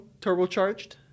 turbocharged